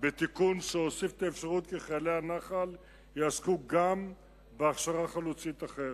בתיקון שהוסיף את האפשרות שחיילי הנח"ל יעסקו גם בהכשרה חלוצית אחרת.